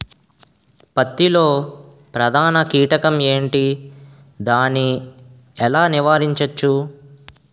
పత్తి లో ప్రధాన కీటకం ఎంటి? దాని ఎలా నీవారించచ్చు?